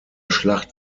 schlacht